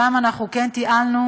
שם אנחנו כן תיעלנו,